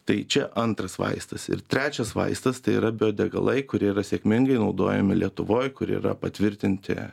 tai čia antras vaistas ir trečias vaistas tai yra biodegalai kurie yra sėkmingai naudojami lietuvoj kur yra patvirtinti